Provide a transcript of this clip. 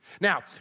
Now